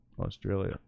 Australia